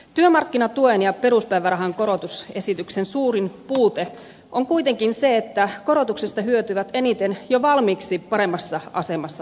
työmarkkinatuen ja peruspäivärahan korotusesityksen suurin puute on kuitenkin se että korotuksesta hyötyvät eniten jo valmiiksi paremmassa asemassa olevat